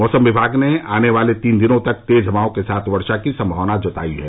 मौसम विभाग ने आने वाले तीन दिनों तक तेज हवाओं के साथ वर्षा की सम्भावना जतायी है